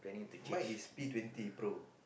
mine is P twenty pro